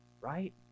right